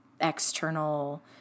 external